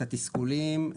את התסכולים,